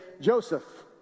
Joseph